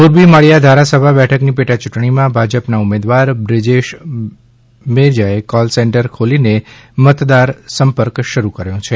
મોરબી માળીયા ધારાસભા બેઠકની પેટા યૂંટણીમાં ભાજપના ઉમેદવાર બ્રિજેશ મેરજાએ કોલ સેંટર ખોલીને મતદાર સંપર્ક શરૂ કરી દીધો છે